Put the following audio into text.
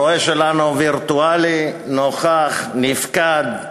הרועה שלנו וירטואלי, נוכח נפקד.